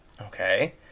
okay